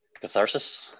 catharsis